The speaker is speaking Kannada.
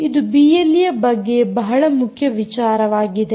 ಇದು ಬಿಎಲ್ಈ ಬಗ್ಗೆ ಬಹಳ ಮುಖ್ಯ ವಿಚಾರವಾಗಿದೆ